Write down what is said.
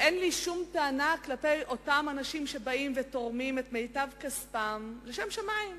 ואין לי שום טענה כלפי אותם אנשים שבאים ותורמים את מיטב כספם לשם שמים.